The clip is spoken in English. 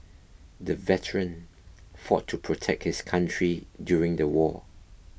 the veteran fought to protect his country during the war